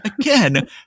again